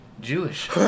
Jewish